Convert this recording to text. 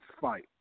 fight